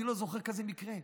אני לא זוכר מקרה כזה.